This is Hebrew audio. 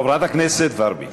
חברת הכנסת ורבין.